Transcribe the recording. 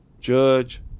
judge